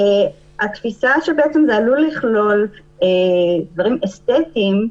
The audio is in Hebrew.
התפיסה שזה עלול לכלול דברים אסתטיים,